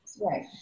Right